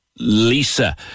Lisa